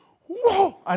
whoa